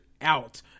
out